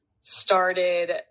started